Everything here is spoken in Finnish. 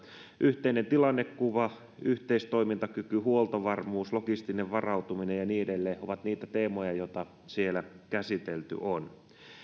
yhteinen tilannekuva yhteistoimintakyky huoltovarmuus logistinen varautuminen ja niin edelleen ovat niitä teemoja joita siellä on